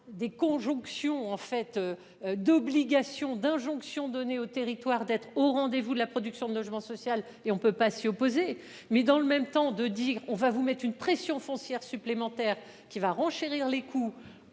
des conjonctions en fait. D'obligation d'injonction donnée aux territoires d'être au rendez-vous de la production de logement social et on ne peut pas s'y opposer mais dans le même temps de dire on va vous mettre une pression foncière supplémentaire qui va renchérir les coûts.